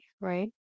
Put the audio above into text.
right